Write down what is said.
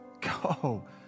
go